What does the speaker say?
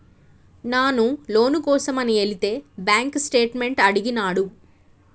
నాను లోను కోసమని ఎలితే బాంక్ స్టేట్మెంట్ అడిగినాడు